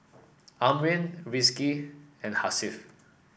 Amrin Rizqi and Hasif